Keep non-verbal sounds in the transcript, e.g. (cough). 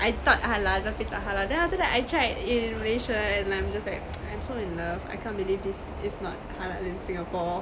I thought halal tapi tak halal then after that I tried in malaysia and like I'm just like (noise) I'm so in love I can't believe this is not halal in singapore